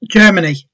Germany